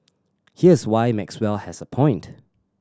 here's why Maxwell has a point